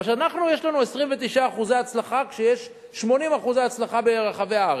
אבל כשיש לנו 29% הצלחה כשיש 80% הצלחה ברחבי הארץ,